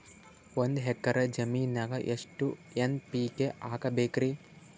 ಒಂದ್ ಎಕ್ಕರ ಜಮೀನಗ ಎಷ್ಟು ಎನ್.ಪಿ.ಕೆ ಹಾಕಬೇಕರಿ?